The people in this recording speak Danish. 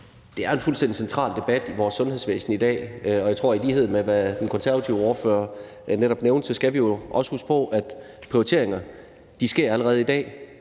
Det er en fuldstændig central debat i vores sundhedsvæsen i dag, og i lighed med, hvad den konservative ordfører netop nævnte, tror jeg, vi også skal huske på, at prioriteringer allerede sker i dag.